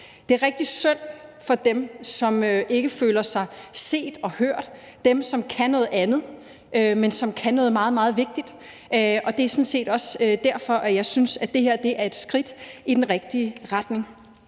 Det er rigtig synd for dem, som ikke føler sig set og hørt, dem, som kan noget andet, men som kan noget meget, meget vigtigt, og det er sådan set også derfor, jeg synes, at det her er et skridt i den rigtige retning.